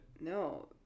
No